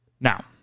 Now